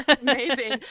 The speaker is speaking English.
Amazing